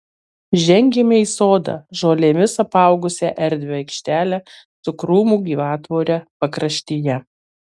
žengėme į sodą žolėmis apaugusią erdvią aikštelę su krūmų gyvatvore pakraštyje